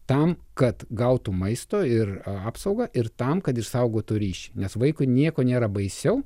tam kad gautų maisto ir apsaugą ir tam kad išsaugotų ryšį nes vaikui nieko nėra baisiau